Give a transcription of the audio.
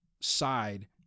side